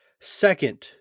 Second